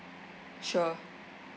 sure